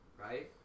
right